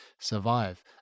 survive